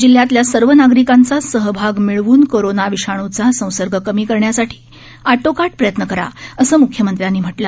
जिल्ह्यातल्या सर्व नागरिकांचा सहभाग मिळवून कोरोना विषाणूचा संसर्ग कमी करण्यासाठी आटोकाट प्रयत्न करा असं म्ख्यमंत्र्यांनी सांगितलं